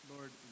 Lord